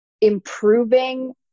improving